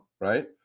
right